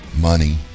money